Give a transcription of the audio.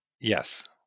Yes